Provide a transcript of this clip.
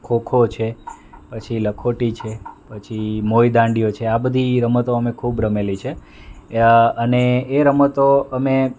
ખો ખો છે પછી લખોટી છે પછી મોઇ દાંડિયો છે આ બધી રમતો અમે ખૂબ રમેલી છે અને એ રમતો અમે